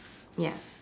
ya